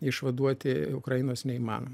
išvaduoti ukrainos neįmanoma